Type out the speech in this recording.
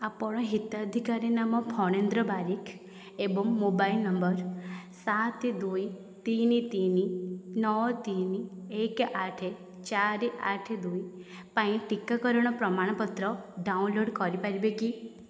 ଆପଣ ହିତାଧିକାରୀ ନାମ ଫଣେନ୍ଦ୍ର ବାରିକ୍ ଏବଂ ମୋବାଇଲ୍ ନମ୍ବର୍ ସାତ ଦୁଇ ତିନି ତିନି ନଅ ତିନି ଏକ ଆଠ ଚାରି ଆଠ ଦୁଇ ପାଇଁ ଟିକାକରଣ ପ୍ରମାଣପତ୍ର ଡାଉନଲୋଡ଼୍ କରିପାରିବେ କି